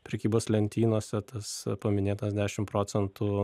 prekybos lentynose tas paminėtas dešim procentų